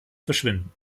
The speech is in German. verschwinden